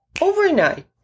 overnight